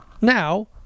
now